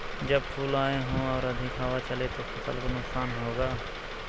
जब फूल आए हों और अधिक हवा चले तो फसल को नुकसान होगा?